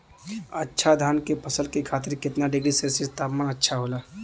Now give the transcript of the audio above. अच्छा धान क फसल के खातीर कितना डिग्री सेल्सीयस तापमान अच्छा होला?